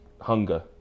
hunger